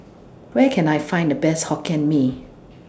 Where Can I Find The Best Hokkien Mee